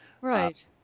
Right